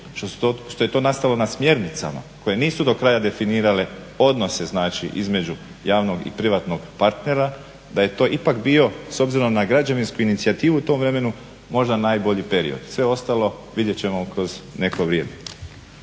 što je to nastalo na smjernicama koje nisu do kraja definirale odnose između javnog i privatnog partnera da je to ipak bio s obzirom na građevinsku inicijativu u tom vremenu možda najbolji period. Sve ostalo vidjet ćemo kroz neko vrijeme.